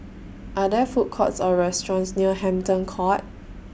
Are There Food Courts Or restaurants near Hampton Court